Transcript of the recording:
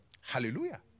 Hallelujah